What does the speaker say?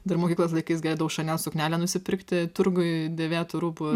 dar mokyklos laikais galėdavau chanel suknelę nusipirkti turguj dėvėtų rūbų